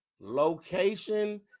location